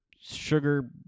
sugar